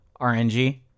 RNG